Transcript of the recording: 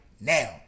Now